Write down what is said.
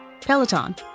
Peloton